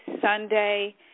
Sunday